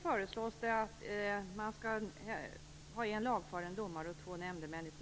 Fru talman!